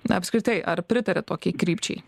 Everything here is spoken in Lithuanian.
na apskritai ar pritariat tokiai krypčiai